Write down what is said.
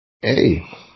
Hey